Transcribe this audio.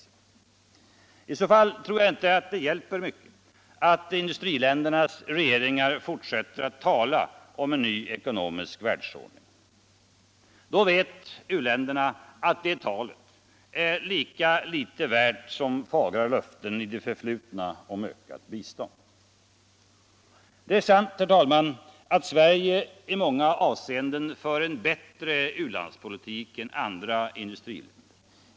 I så fall tror jag inte att det hjälper mycket att industriländernas regeringar fortsätter att rala om en ny ekonomisk världsordning. Då vet u-länderna att det talet är lika litet värt som fagra löften i det förflutna om ökat bistånd. Det är sant att Sverige i många avseenden för en bättre u-landspolitik än andra industriländer.